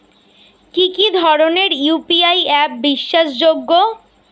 কি কি ধরনের ইউ.পি.আই অ্যাপ বিশ্বাসযোগ্য?